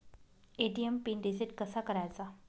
ATM pin reset कसा करायचा?